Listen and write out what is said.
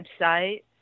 website